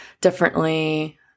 differently